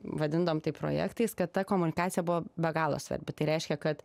vadindavom tai projektais kad ta komunikacija buvo be galo svarbi tai reiškia kad